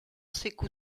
sékou